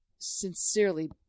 Sincerely